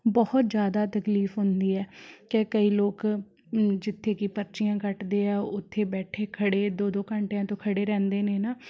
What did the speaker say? ਬਹੁਤ ਜ਼ਿਆਦਾ ਤਕਲੀਫ ਹੁੰਦੀ ਹੈ ਕਿ ਕਈ ਲੋਕ ਮ ਜਿੱਥੇ ਕਿ ਪਰਚੀਆਂ ਕੱਟਦੇ ਹੈ ਉੱਥੇ ਬੈਠੇ ਖੜ੍ਹੇ ਦੋ ਦੋ ਘੰਟਿਆਂ ਤੋਂ ਖੜ੍ਹੇ ਰਹਿੰਦੇ ਨੇ ਨਾ